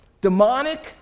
demonic